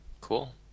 Cool